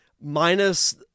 minus